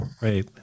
Right